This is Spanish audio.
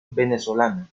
venezolana